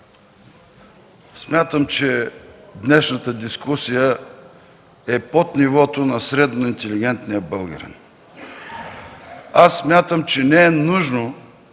Смятам, че днешната дискусия е под нивото на средно интелигентния българин. Смятам, че не е нужно